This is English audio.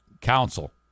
council